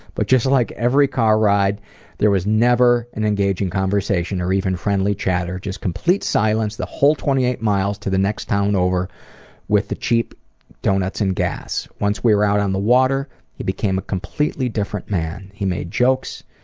but just like every car ride there was never an engaging conversation or even friendly chatter, just complete silence the whole twenty eight miles to the next town over with the cheap donuts and gas. once we were out on the water he became a completely different man. he made jokes,